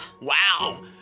Wow